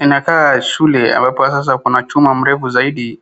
Inakaa shule ambapo sasa kuna chuma mrefu zaidi